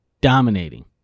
Dominating